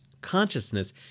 consciousness